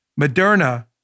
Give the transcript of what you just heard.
Moderna